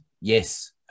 Yes